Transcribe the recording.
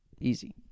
Easy